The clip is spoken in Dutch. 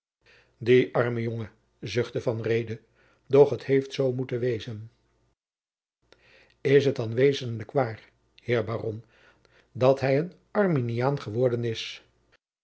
arme jongen zuchtte van reede doch het heeft zoo moeten wezen is het dan wezenlijk waar heer baron dat hij een arminiaan geworden is